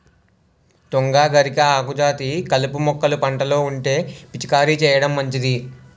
తుంగ, గరిక, ఆకుజాతి కలుపు మొక్కలు పంటలో ఉంటే పిచికారీ చేయడం మంచిది